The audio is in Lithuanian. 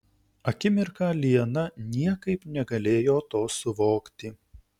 akimirką liana niekaip negalėjo to suvokti